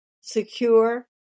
secure